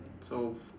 so